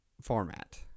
format